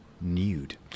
nude